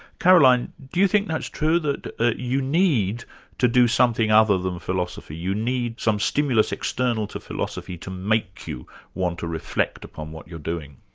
caroline, do you think that's true, that you need to do something other than philosophy you need some stimulus external to philosophy to make you want to reflect upon what you're doing?